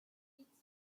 beads